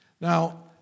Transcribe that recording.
Now